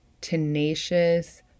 tenacious